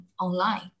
online